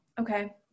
Okay